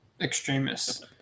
Extremists